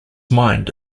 mind